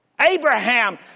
Abraham